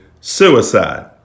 suicide